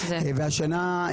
והשנה,